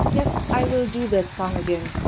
yes, i will do that song again.